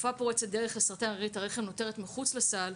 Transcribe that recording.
תרופה פורצת לסרטן רירית הרחם נותרת מחוץ לסל,